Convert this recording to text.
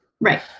Right